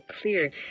clear